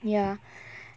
ya